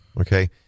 Okay